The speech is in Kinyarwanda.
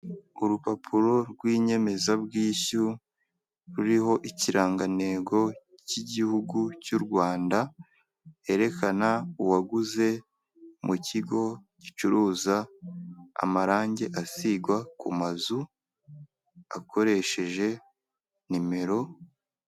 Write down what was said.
Ku rupapuro rw'inyemezabwishyu ruririho ikirangantego k'igihugu cy'u Rwanda, herekana uwaguze mu kigo gicuruza amarangi asigwa ku mazu akoresheje nimero.